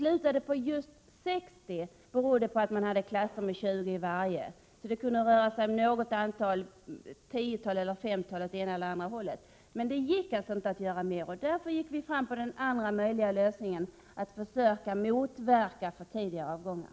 Att siffran slutade på 60 berodde på att klasserna omfattar 20 personer. Antalet platser kunde alltså röra sig om fem eller tio fler eller färre. Eftersom det inte gick att utbilda fler gick vi över till den andra möjligheten, att försöka motverka för tidiga avgångar.